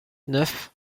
neuf